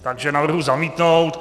Takže navrhuji zamítnout.